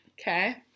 Okay